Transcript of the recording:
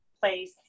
place